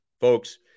Folks